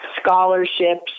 scholarships